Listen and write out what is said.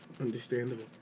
Understandable